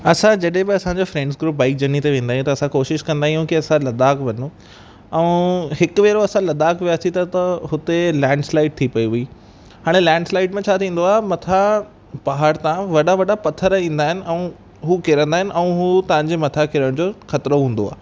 असां जॾहिं बि असांजा फ़्रेंड्स ग्रुप बाइक जर्नीअ ते वेंदा आहियूं त असां कोशिश कंदा आहियूं कि असां लद्दाख वञूं ऐं हिक भेरो असां लद्दाख वियासीं त त हुते लैंड स्लाइड थी पई हुई हाणे लैंड स्लाइड में छा थींदो आहे मथां पहाड़ तां वॾा वॾा पत्थर ईंदा आहिनि ऐं हू किरंदा आहिनि ऐं हू तव्हां जे मथां किरण जो ख़तरो हूंदो आहे